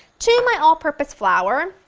to my all purpose flour,